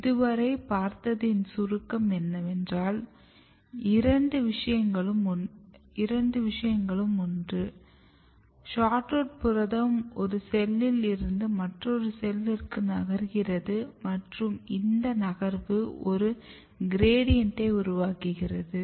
இதுவரை பார்தத்தின் சுருக்கம் என்னவென்றால் இரண்டு விஷயங்கள் ஒன்று SHORT ROOT புரதம் ஒரு செல்லில் இருந்து மற்றொரு செல்லிற்கு நகர்கிறது மற்றும் இந்த நகர்வு ஒரு கிரேடியண்ட்டை உருவாக்குகிறது